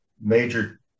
major